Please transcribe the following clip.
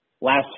last